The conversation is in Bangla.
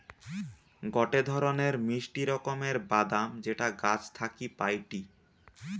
গটে ধরণের মিষ্টি রকমের বাদাম যেটা গাছ থাকি পাইটি